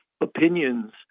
opinions